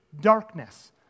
darkness